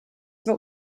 war